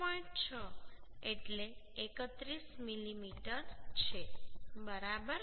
6 એટલે 31 મીમી છે બરાબર